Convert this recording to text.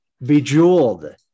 Bejeweled